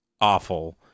awful